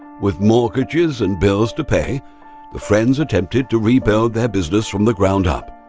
with mortgages and bills to pay the friends attempted to rebuild their business from the ground up.